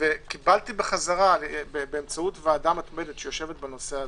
וקיבלתי חזרה באמצעות ועדה מתמדת שיושבת בנושא הזה,